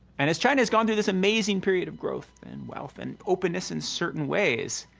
and as china has gone through this amazing period of growth and wealth and openness in certain ways,